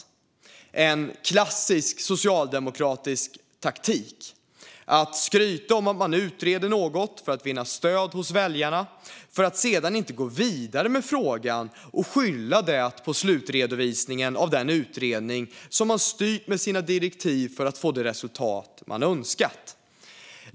Det är en klassisk socialdemokratisk taktik att skryta om att man utreder något för att vinna stöd hos väljarna, för att sedan inte gå vidare med frågan och skylla det på slutredovisningen av den utredning som man styrt med sina direktiv för att få det resultat man önskat.